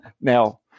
Now